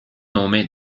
nome